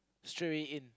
straight away in